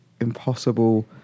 impossible